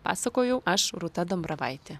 pasakojau aš rūta dambravaitė